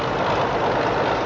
or